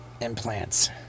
implants